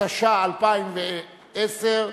התש"ע 2010,